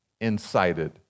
incited